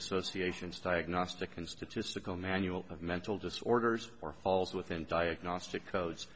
association stag gnostic and statistical manual of mental disorders or falls within diagnostic codes